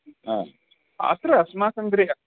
आम् अत्र अस्माकं गृहे